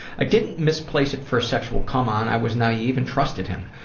i didn't misplace it for a sexual come-on, i was naive and trusted him.